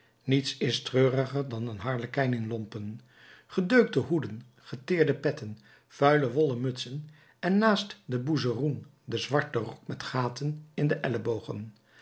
niets is treuriger dan een harlekijn in lompen gedeukte hoeden geteerde petten vuile wollen mutsen en naast de boezeroen den zwarten rok met gaten in de ellebogen